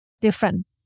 different